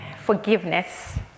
forgiveness